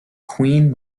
queen